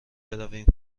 برویم